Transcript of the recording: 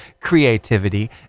creativity